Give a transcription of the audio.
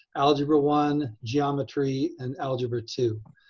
algebra one, geometry, and algebra two.